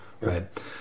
Right